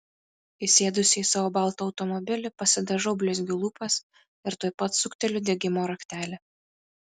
įsėdusi į savo baltą automobilį pasidažau blizgiu lūpas ir tuoj pat sukteliu degimo raktelį